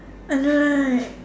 I know right